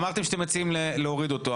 אמרתם שאתם מציעים להוריד אותו.